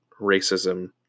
racism